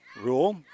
Rule